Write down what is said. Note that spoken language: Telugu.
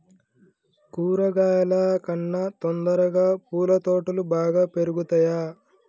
కూరగాయల కన్నా తొందరగా పూల తోటలు బాగా పెరుగుతయా?